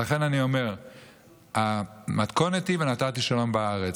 לכן אני אומר, המתכונת היא "ונתתי שלום בארץ".